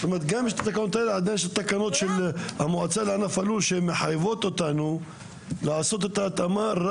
יש את התקנות של המועצה לענף הלול שמחייבות אותנו לעשות את ההתאמה.